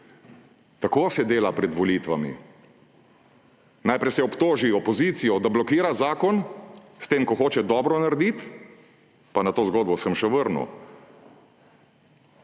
Tako se dela pred volitvami. Najprej so obtoži opozicijo, da blokira zakon s tem, ko hoče dobro narediti – na to zgodbo se bom še vrnil